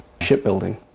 shipbuilding